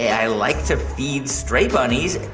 i like to feed stray bunnies.